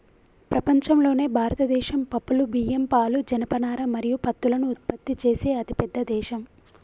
ప్రపంచంలోనే భారతదేశం పప్పులు, బియ్యం, పాలు, జనపనార మరియు పత్తులను ఉత్పత్తి చేసే అతిపెద్ద దేశం